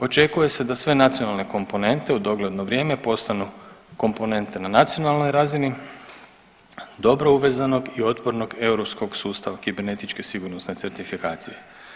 Očekuje se da sve nacionalne komponente u dogledno vrijeme postanu komponente na nacionalnoj razini dobro uvezanog i otpornog europskog sustava kibernetičke sigurnosne certifikacije.